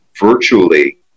virtually